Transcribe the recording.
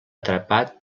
atrapat